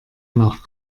nach